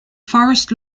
forest